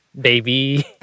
Baby